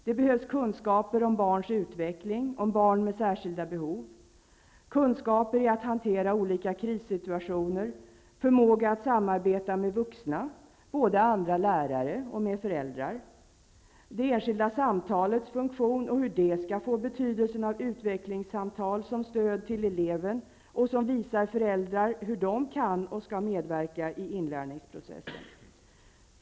Det behövs kunskaper om barns utveckling, om barn med särskilda behov, kunskaper i att hantera olika krissituationer, förmåga att samarbeta med vuxna, både andra lärare och föräldrar, kunskap om det enskilda samtalets funktion och om hur det skall få betydelsen av ett utvecklingssamtal som stöd för eleven och som visar föräldrar hur de kan och skall medverka i inlärningsprocessen.